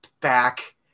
back